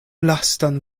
lastan